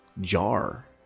jar